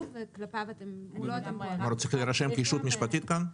הוא צריך להירשם כיישות משפטית כאן?